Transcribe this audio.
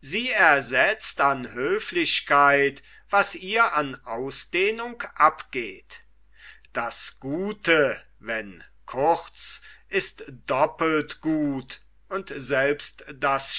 sie ersetzt an höflichkeit was ihr an ausdehnung abgeht das gute wenn kurz ist doppelt gut und selbst das